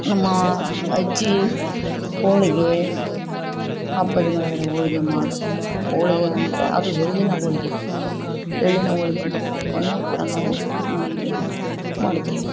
ನಮ್ಮ ಅಜ್ಜಿ ಹೋಳಿಗೆ ಹಬ್ಬ ದಿನಗಳಲ್ಲಿ ಹೋಳ್ಗೆ ಮಾಡೋದು ಹೋಳ್ಗೆ ಅಂದರೆ ಅದು ಎಳ್ಳಿನ ಹೋಳ್ಗೆ ಎಳ್ಳಿನ ಹೋಳ್ಗೆಯನ್ನು ಅನ್ನು ಕೂಡ ನಾವು ಮನೆಯಲ್ಲಿ ಮಾಡುತ್ತೇವೆ